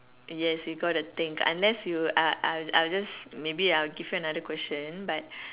yes you got to think unless you I I I'll just maybe I'll give you another question but